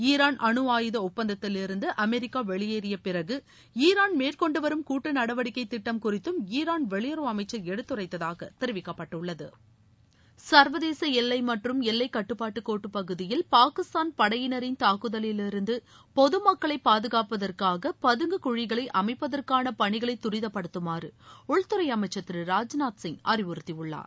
Iran அனுஆயுத ஒப்பந்தத்திலிருந்து America வெளியேறிய பிறகு ஈரான் மேற்கொண்டுவரும் கூட்டு நடவடிக்கை திட்டம் குறித்தும் ஈராள் வெளியுறவு அமைச்சர் எடுத்துரைத்ததாக தெரிவிக்கப்பட்டுள்ளது சர்வதேச எல்லை மற்றும் எல்லை கட்டுப்பாட்டுக்கோட்டுப் பகுதியில் பாகிஸ்தான் படையினரின் தாக்குதலிலிருந்து பொது மக்களை பாதுகாப்பதற்காக பதுங்கு குழிகளை அமைப்பதற்கான பணிகளை துரிதப்படுத்துமாறு உள்துறை அமைச்சர் திரு ராஜ்நாத் சிங் அறிவுறுத்தியுள்ளார்